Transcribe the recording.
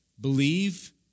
believe